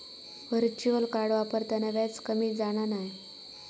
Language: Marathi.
व्हर्चुअल कार्ड वापरताना व्याज कमी जाणा नाय